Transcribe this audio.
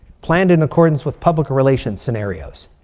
planned in accordance with public relations scenarios.